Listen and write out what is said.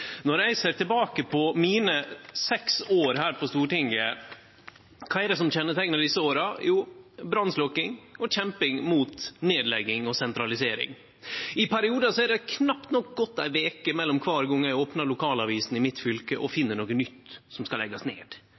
Når eg ser tilbake på mine seks år her på Stortinget, kva er det som kjenneteiknar desse åra? Jo, brannslokking og kjemping mot nedlegging og sentralisering. I periodar har det knapt nok gått ei veke mellom kvar gong eg opnar lokalavisa i fylket mitt og finn noko nytt som skal leggjast ned